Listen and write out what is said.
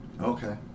Okay